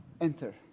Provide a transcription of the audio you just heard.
enter